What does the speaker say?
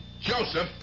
Joseph